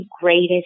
greatest